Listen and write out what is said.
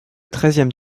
treizième